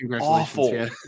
awful